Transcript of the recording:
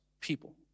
people